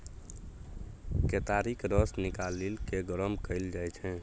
केतारीक रस निकालि केँ गरम कएल जाइ छै